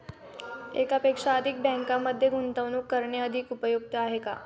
एकापेक्षा अधिक बँकांमध्ये गुंतवणूक करणे अधिक उपयुक्त आहे का?